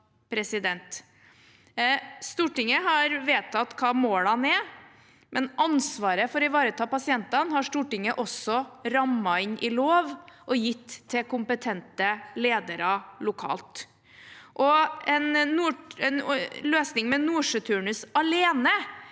Stortinget har vedtatt hva målene er, men ansvaret for å ivareta pasientene har Stortinget også rammet inn i lov og gitt til kompetente ledere lokalt. En løsning med nordsjøturnus alene